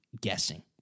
guessing